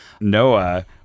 Noah